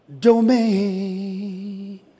domain